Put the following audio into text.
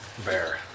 bear